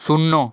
শূন্য